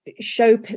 show